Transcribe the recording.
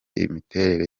imiterere